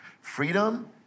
Freedom